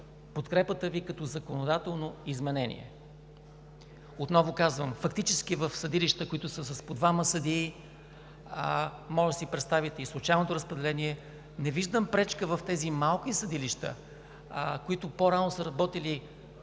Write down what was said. подкрепата Ви като законодателно изменение. Отново казвам, фактически в съдилища, които са с по двама съдии, може да си представите и случайното разпределение. Не виждам пречка в тези малки съдилища, в които по-рано са работили